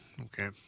okay